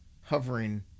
hovering